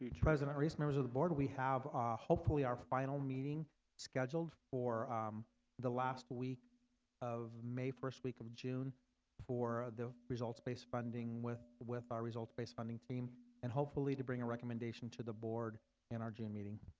president reese members of the board we have ah hopefully our final meeting scheduled or um the last week of may first week of june for the results based funding with with our results based funding team and hopefully to bring a recommendation to the board in our june meeting